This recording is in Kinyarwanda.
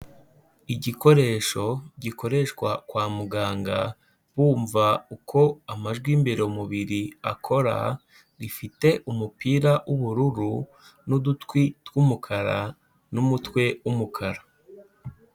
Igikoresho gikoreshwa kwa muganga bumva uko amajwi y'imbere mu mubiri akora, rifite umupira w'ubururu, n'udutwi tw'umukara, n'umutwe w'umukara.